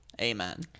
Amen